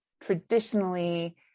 traditionally